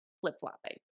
flip-flopping